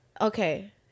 Okay